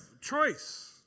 choice